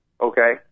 okay